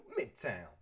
Midtown